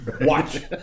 Watch